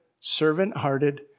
servant-hearted